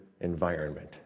environment